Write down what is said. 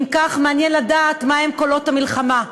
אם כך, מעניין לדעת מה הם קולות המלחמה.